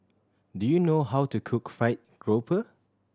do you know how to cook fried grouper